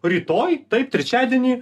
rytoj taip trečiadienį